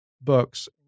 books